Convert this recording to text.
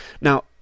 Now